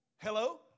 Hello